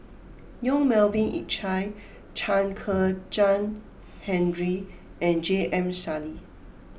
Yong Melvin Yik Chye Chen Kezhan Henri and J M Sali